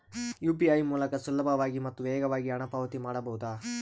UPI ಮೂಲಕ ಸುಲಭವಾಗಿ ಮತ್ತು ವೇಗವಾಗಿ ಹಣ ಪಾವತಿ ಮಾಡಬಹುದಾ?